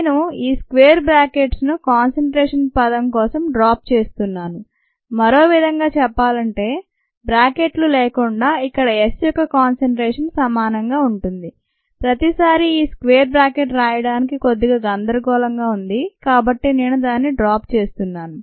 నేను ఈ స్క్వేర్ బ్రాకెట్ను కాన్సంట్రేషన్ పదం కోసం డ్రాప్ చేశాను మరో విధంగా చెప్పాలంటే బ్రాకెట్లు లేకుండా ఇక్కడ s యొక్క కాన్సంట్రేషన్ సమానంగా ఉంటుంది ప్రతిసారి ఈ స్క్వేర్ బ్రాకెట్ రాయడానికి కొద్దిగా గందరగోళంగా ఉంది కాబట్టి నేను దానిని డ్రాప్ చేశాను